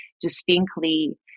distinctly